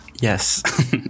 yes